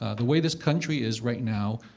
ah the way this country is right now,